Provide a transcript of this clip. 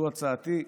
זו הצעתי,